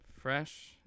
Fresh